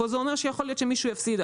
ופה זה אומר שיכול להיות שמישהו יפסיד.